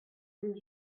les